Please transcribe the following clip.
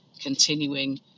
continuing